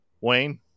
Wayne